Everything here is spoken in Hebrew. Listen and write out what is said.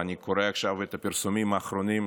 ואני קורא עכשיו את הפרסומים האחרונים,